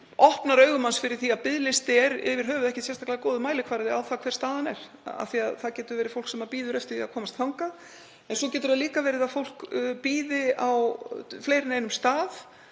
opnar augu manns fyrir því að biðlisti er yfir höfuð ekkert sérstaklega góður mælikvarði á það hver staðan er. Það getur verið fólk sem bíður eftir því að komast þangað en svo getur líka verið að fólk bíði á fleiri en einum stað